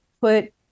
put